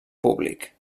públic